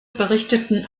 berichteten